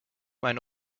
mijn